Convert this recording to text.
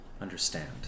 understand